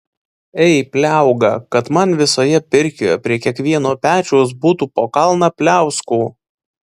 ei pliauga kad man visoje pirkioje prie kiekvieno pečiaus būtų po kalną pliauskų